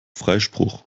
freispruch